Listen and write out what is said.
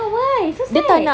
!huh! why so sad